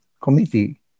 Committee